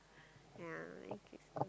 yeah